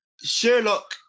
Sherlock